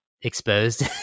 exposed